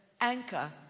anchor